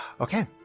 Okay